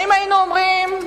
האם היינו אומרים,